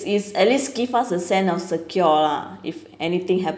is at least give us a sense of secure lah if anything